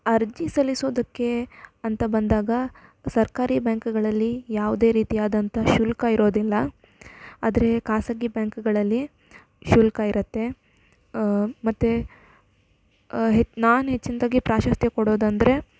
ಅರ್ಜಿ ಸಲ್ಲಿಸೋದಕ್ಕೆ ಅಂತ ಬಂದಾಗ ಸರ್ಕಾರಿ ಬ್ಯಾಂಕ್ಗಳಲ್ಲಿ ಯಾವುದೇ ರೀತಿಯಾದಂಥ ಶುಲ್ಕ ಇರೋದಿಲ್ಲ ಆದರೆ ಖಾಸಗಿ ಬ್ಯಾಂಕ್ಗಳಲ್ಲಿ ಶುಲ್ಕ ಇರುತ್ತೆ ಮತ್ತು ಹೆ ನಾನು ಹೆಚ್ಚಿನದಾಗಿ ಪ್ರಾಶಸ್ತ್ಯ ಕೊಡೋದಂದರೆ